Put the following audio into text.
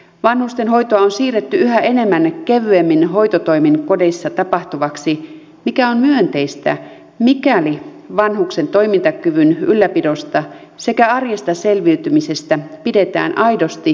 vanhustenhoito on siirretty yhä enemmän kevyemmin hoitotoimin kodeissa tapahtuvaksi mikä on myönteistä mikäli vanhuksen toimintakyvyn ylläpidosta sekä arjesta selviytymisestä pidetään aidosti riittävästi huolta